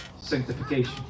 sanctification